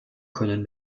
können